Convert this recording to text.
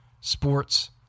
sports